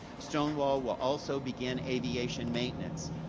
stonewall will also begin aviation maintenance.